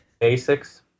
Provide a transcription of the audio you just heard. Basics